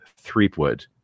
Threepwood